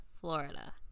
Florida